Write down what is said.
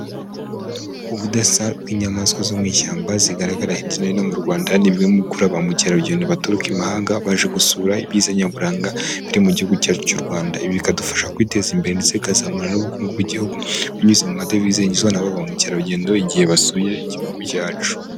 Ubudasa bw'inyamaswa zo mu ishyamba zigaragara hirya no hino mu Rwanda, ni bimwe mu bikurura bamukerarugendo baturuka imahanga baje gusura ibyiza nyaburanga biri mu gihugu cyacu cy'u Rwanda, ibi bikadufasha kwiteza imbere ndetse bikazamura n'ubukungu bw'igihugu binyuze mu madevize yinjijwa n'aba bamukerarugendo, igihe basuye Igihugu cyacu.